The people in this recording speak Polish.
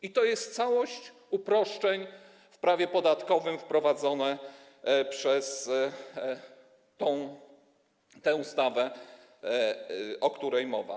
I to jest całość uproszczeń w prawie podatkowym wprowadzonych przez tę ustawę, o której mowa.